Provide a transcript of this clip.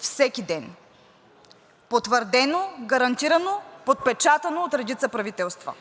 всеки ден – потвърдено, гарантирано, подпечатано от редица правителства.